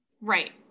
Right